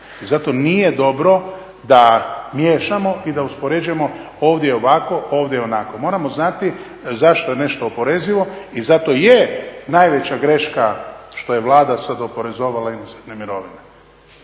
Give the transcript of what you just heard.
Zato nije dobro da miješamo i da uspoređujemo ovdje ovako, ovdje onako. Moramo znati zašto je nešto oporezivo i zato je najveća greška što je Vlada sad oporezovala inozemne mirovine.